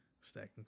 Stacking